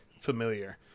familiar